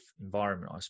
environment